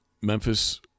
Memphis